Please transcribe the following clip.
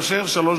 הצביעות